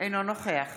אינו נוכח